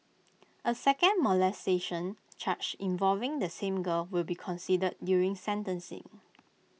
A second molestation charge involving the same girl will be considered during sentencing